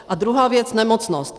A druhá věc nemocnost.